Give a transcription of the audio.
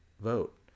vote